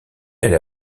elle